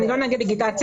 אני לא נגד דיגיטציה,